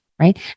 right